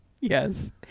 Yes